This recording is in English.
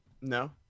no